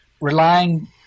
relying